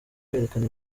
kwerekana